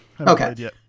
Okay